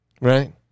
right